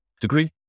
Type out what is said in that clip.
degree